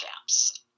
gaps